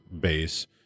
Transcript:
base